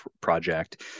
project